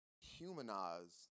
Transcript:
humanize